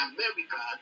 America